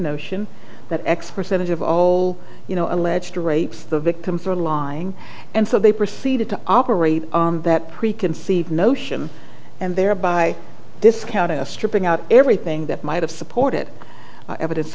notion that x percentage of all you know alleged rapes the victim for lying and so they proceeded to operate on that preconceived notion and thereby discount of stripping out everything that might have supported evidence